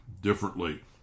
differently